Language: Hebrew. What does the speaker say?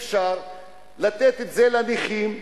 אפשר לתת לנכים,